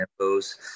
tempos